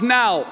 now